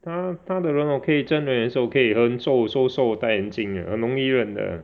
他他的人 okay 真人是 okay 很瘦瘦瘦戴眼镜很容易认的